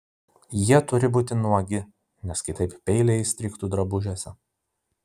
jie turi būti nuogi nes kitaip peiliai įstrigtų drabužiuose